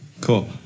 Cool